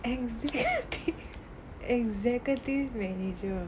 exec~ executive manager